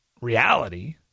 reality